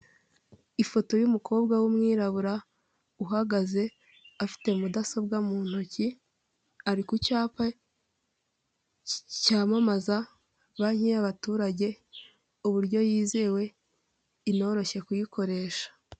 Ifoto y'umukobwa w'umwirabura uhagaze afite mudasobwa mu ntoki, ari ku cyapa cyamamaza banki y'abaturage uburyo yizewe inoroshye kuyikoresha.